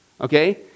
Okay